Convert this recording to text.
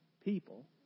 people